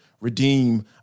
redeem